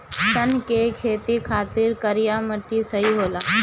सन के खेती खातिर करिया मिट्टी सही होला